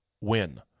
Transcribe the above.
win